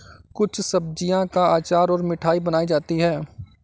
कुछ सब्जियों का अचार और मिठाई बनाई जाती है